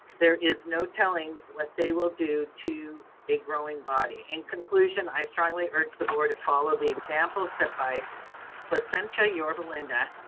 there is no telling what they will do to a growing body. in conclusion, i strongly urge the board to follow the example set by placentia-yorba linda,